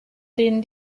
denen